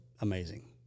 amazing